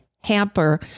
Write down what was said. hamper